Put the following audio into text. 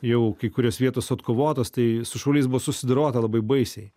jau kai kurios vietos atkovotos tai su šauliais buvo susidorota labai baisiai